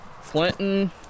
Clinton